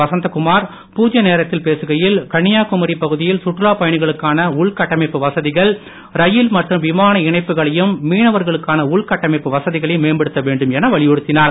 வசந்தகுமார் பூஜ்ய நேரத்தில் பேசுகையில் கன்னியாகுமரி பகுதியில் சுற்றுலாப் பயணிகளுக்கான உள்கட்டமைப்பு வசதிகள் ரயில் மற்றும் இணைப்புகளையும் மீனவர்களுக்கான உள்கட்டமைப்பு விமான வசதிகளையும் மேம்படுத்த வேண்டும் என வலியுறுத்தினார்